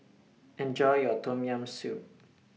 Enjoy your Tom Yam Soup